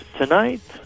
tonight